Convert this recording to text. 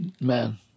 Man